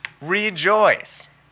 rejoice